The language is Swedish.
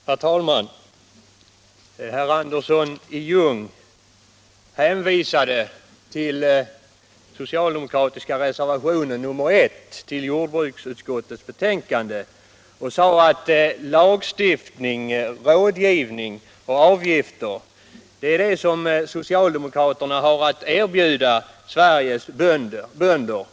Herr talman! Herr Andersson i Ljung hänvisade till den socialdemokratiska reservationen nr 1 i jordbruksutskottets betänkande och sade att lagstiftning, rådgivning och avgifter, det är det som socialdemokraterna har att erbjuda Sveriges bönder.